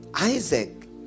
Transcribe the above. Isaac